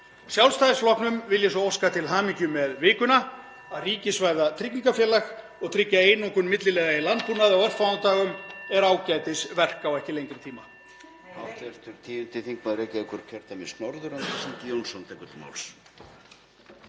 Sjálfstæðisflokknum vil ég svo óska til hamingju með vikuna. Að ríkisvæða tryggingafélag og tryggja einokun milliliða í landbúnaði á örfáum dögum er ágætisverk á ekki lengri tíma.